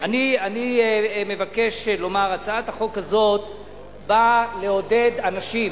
אני מבקש לומר, הצעת החוק הזאת באה לעודד אנשים